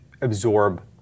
absorb